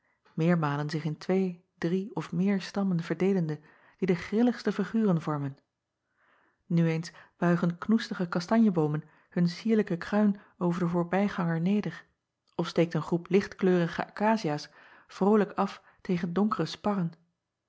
meermalen zich in twee drie of meer stammen verdeelende die de grilligste figuren vormen nu eens buigen knoestige kastanjeboomen hun cierlijke kruin over den voorbijganger neder of steekt een groep lichtkleurige akaciaas vrolijk af tegen donkere sparren